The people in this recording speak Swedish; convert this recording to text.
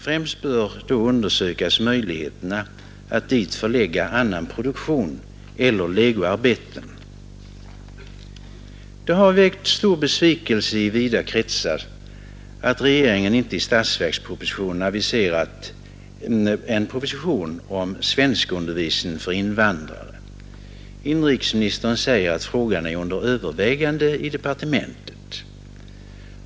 Främst bör undersökas möjligheterna att dit förlägga annan produktion eller legoarbeten. Det har väckt stor besvikelse i vida kretsar att regeringen inte i statsverkspropositionen aviserat en proposition om svenskundervisning för invandrare. Inrikesministern säger att frågan är under övervägande i departementet.